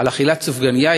על אכילת סופגנייה,